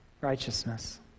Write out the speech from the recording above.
righteousness